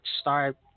start